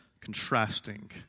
contrasting